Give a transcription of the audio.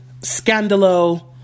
scandalo